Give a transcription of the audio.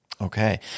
Okay